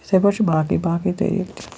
یِتھَے پٲٹھۍ چھُ باقٕے باقٕے طریٖق